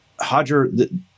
Hodger